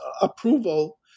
approval